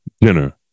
dinner